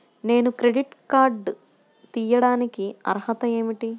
నేను credit card తీయడానికి అర్హత ఏమిటి?